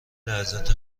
لحظات